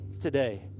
today